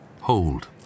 Hold